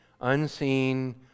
unseen